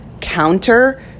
counter